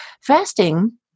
fasting